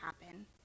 happen